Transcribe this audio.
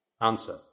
answer